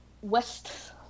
West